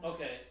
Okay